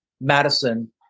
Madison